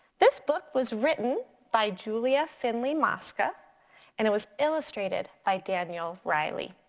this book was written by julia finley mosca and it was illustrated by daniel rieley.